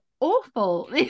awful